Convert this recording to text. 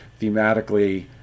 thematically